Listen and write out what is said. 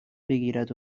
بگیرد